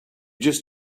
just